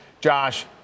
Josh